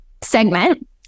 segment